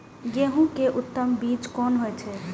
गेंहू के उत्तम बीज कोन होय छे?